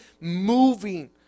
moving